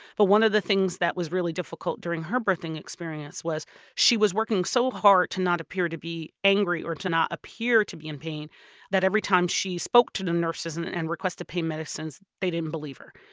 but one of the things that was really difficult during her birthing experience was she was working so hard to not appear to be angry or to not appear to be in pain that every time she spoke to the nurses and and and requested pain medicines, they didn't believe her.